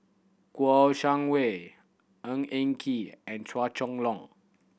Kouo Shang Wei Ng Eng Kee and Chua Chong Long